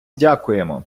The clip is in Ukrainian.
дякуємо